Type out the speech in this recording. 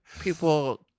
people